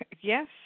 yes